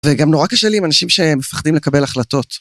וגם נורא קשה לי עם אנשים שמפחדים לקבל החלטות.